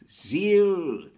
zeal